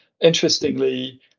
Interestingly